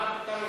מה הפתרון?